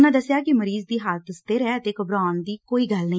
ਉਨ੍ਹਾਂ ਦਸਿਆ ਕਿ ਮਰੀਜ਼ ਦੀ ਹਾਲਤ ਸਬਿਰ ਐ ਤੇ ਘਬਰਾਉਣ ਵਾਲੀ ਕੋਈ ਗੱਲ ਨਹੀਂ